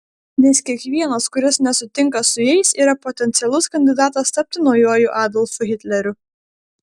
nes kiekvienas kuris nesutinka su jais yra potencialus kandidatas tapti naujuoju adolfu hitleriu